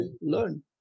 Learn